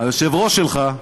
היושב-ראש שלך,